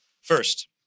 First